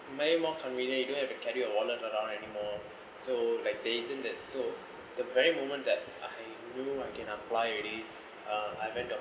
many more convenient you don't have to carry a wallet around anymore so like there isn't that so the very moment that I know I can apply already uh I went to